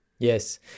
Yes